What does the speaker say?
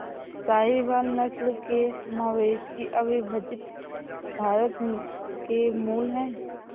साहीवाल नस्ल के मवेशी अविभजित भारत के मूल हैं